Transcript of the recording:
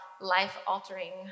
life-altering